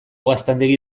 gaztandegi